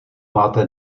máte